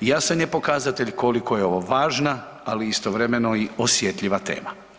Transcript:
jasan je pokazatelj koliko je ovo važna, ali istovremeno i osjetljiva tema.